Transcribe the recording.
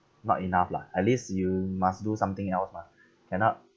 not enough lah at least you must do something else mah cannot